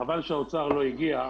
חבל שהאוצר לא הגיע,